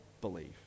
believe